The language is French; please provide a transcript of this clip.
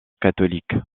catholiques